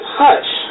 hush